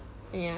ya